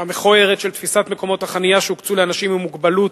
והמכוערת של תפיסת מקומות החנייה שהוקצו לאנשים עם מוגבלות,